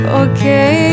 okay